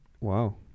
Wow